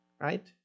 right